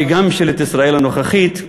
וגם ממשלת ישראל הנוכחית,